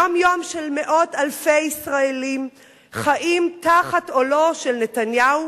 היום-יום של מאות אלפי ישראלים שחיים תחת עולו של נתניהו,